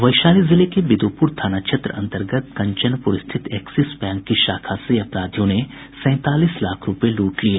वैशाली जिले के बिदुपुर थाना क्षेत्र अंतर्गत कंचनपुर स्थित एक्सिस बैंक की शाखा से अपराधियों ने सैंतालीस लाख रूपये लूट लिये